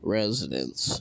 residents